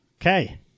Okay